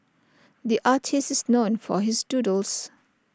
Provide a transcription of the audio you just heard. the artist is known for his doodles